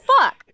fuck